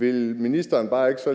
der bor der, ikke skal